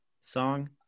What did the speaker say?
song